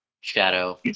Shadow